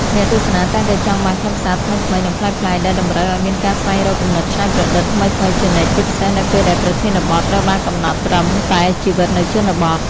អ្នកទស្សនាតែងតែចង់បានខ្លឹមសារថ្មីៗ និងប្លែកៗ ដែលតម្រូវឲ្យមានការស្វែងរកគំនិតច្នៃប្រឌិតថ្មីៗជានិច្ច ជាពិសេសនៅពេលដែលប្រធានបទត្រូវបានកំណត់ត្រឹមតែជីវិតនៅជនបទ។